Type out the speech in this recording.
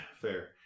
fair